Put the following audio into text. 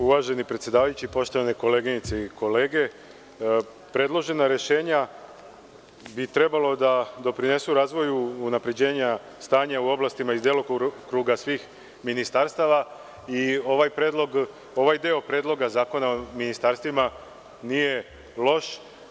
Uvaženi predsedavajući, poštovane koleginice i kolege, predložena rešenja bi trebalo da doprinesu razvoju unapređenja stanja u oblastima iz delokruga svih ministarstava i ovaj deo Predloga zakona o ministarstvima nije loš.